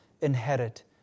inherit